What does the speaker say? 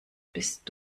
bist